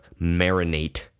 marinate